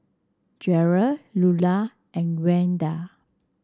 Gearld Lulla and Gwenda